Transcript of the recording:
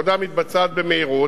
העבודה מתבצעת במהירות,